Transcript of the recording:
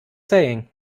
saying